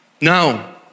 Now